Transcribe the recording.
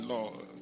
Lord